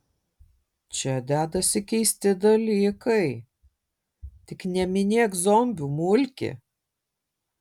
čia dedasi keisti dalykai tik neminėk zombių mulki